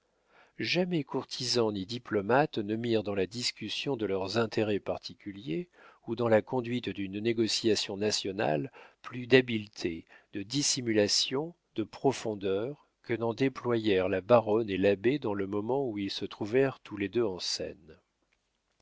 jamais courtisan ni diplomate ne mirent dans la discussion de leurs intérêts particuliers ou dans la conduite d'une négociation nationale plus d'habileté de dissimulation de profondeur que n'en déployèrent la baronne et l'abbé dans le moment où ils se trouvèrent tous les deux en scène